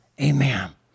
Amen